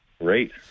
Great